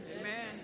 Amen